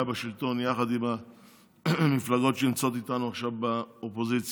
בשלטון יחד עם המפלגות שנמצאת איתנו עכשיו באופוזיציה?